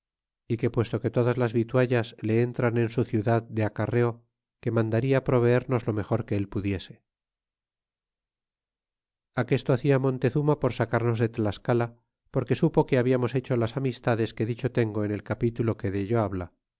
y que puesto que todas las vituallas le entran en su ciudad de acarreo que mandarla proveernos lo mejor que él pudiese aquesto hacia montezuma por sacarnos de tlascala porque supo que hablamos hecho las amistades que dicho tengo en el capítulo que dello habla